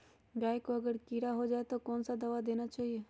गाय को अगर कीड़ा हो जाय तो कौन सा दवा देना चाहिए?